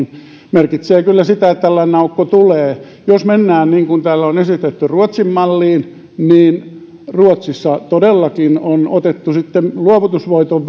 merkitsee kyllä sitä että tällainen aukko tulee jos mennään niin kuin täällä on esitetty ruotsin malliin niin ruotsissa todellakin on otettu sitten luovutusvoiton